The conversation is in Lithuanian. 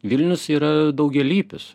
vilnius yra daugialypis